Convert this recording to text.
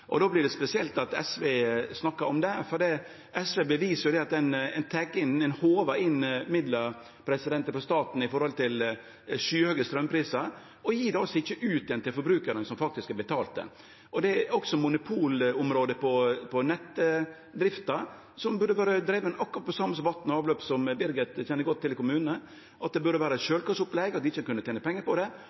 straumprisar. Då vert det spesielt at SV snakkar om det, for SV beviser jo at når ein håvar inn midlar til staten på grunn av skyhøge straumprisar, gjev ein det ikkje ut igjen til forbrukarane som faktisk har betalt det. Det er også monopolområde på nettdrifta som burde vore drivne på akkurat same måten som vatn og avløp, som representanten Kjerstad kjenner godt til frå kommunane. Det burde vore eit sjølvkostopplegg, slik at ein ikkje kunne tene pengar på det.